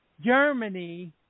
Germany